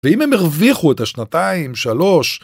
ואם הם הרוויחו את השנתיים, שלוש...